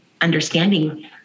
understanding